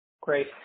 Great